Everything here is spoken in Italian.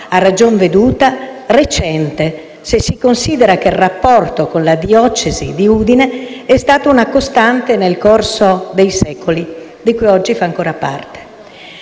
a ragion veduta, recente, se si considera che il rapporto con la diocesi di Udine è stata una costante nel corso di secoli, di cui oggi fa ancora parte.